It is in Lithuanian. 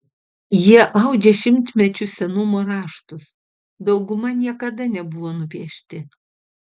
jie audžia šimtmečių senumo raštus dauguma niekada nebuvo nupiešti